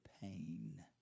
pain